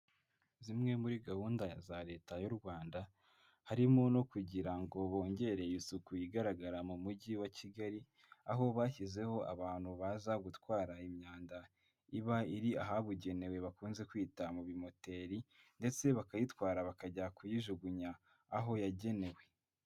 Zimwe muri gahunda za leta y'u Rwanda harimo no kugira ngo bongere isuku igaragara mu mujyi wa Kigali aho bashyizeho abantu baza gutwara imyanda iba iri ahabugenewe bakunze kwita mu bimoteri ndetse bakayitwara bakajya kuyijugunya aho yagenewe.